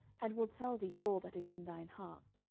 and will tell thee all that is in thine heart.